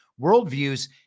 worldviews